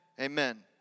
Amen